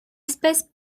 espèce